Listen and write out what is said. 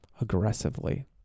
aggressively